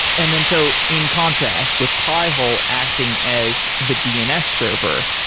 and then, so in contrast with pi-hole acting as the dns server,